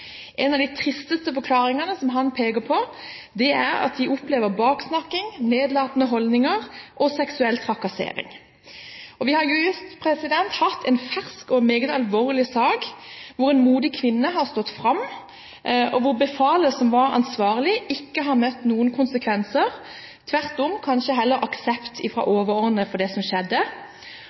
En av de tristeste forklaringene han peker på, er at de opplever baksnakking, nedlatende holdninger og seksuell trakassering. Vi har akkurat hatt en meget alvorlig sak hvor en modig kvinne har stått fram, og hvor befalet som var ansvarlig, ikke har møtt noen konsekvenser – tvert om kanskje heller aksept fra overordnede for det som skjedde.